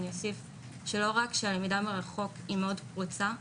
אני אוסיף שלא רק שהלמידה מרחוק היא מאוד פרוצה,